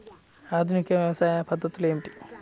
ఆధునిక వ్యవసాయ పద్ధతులు ఏమిటి?